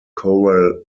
coral